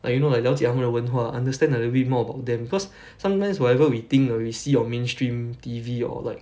like you know like 了解他们的文化 understand a little bit more about them cause sometimes whatever we think or we see on mainstream T_V or like